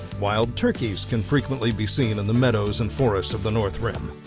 wild turkeys can frequently be seen in the meadows and forests of the north rim.